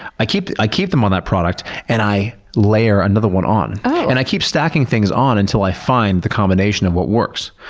i keep i keep them on that product and i layer another one on. and i keep stacking things on until i find the combination of what works,